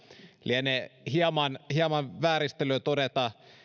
lienee hieman hieman vääristelyä todeta